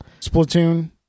Splatoon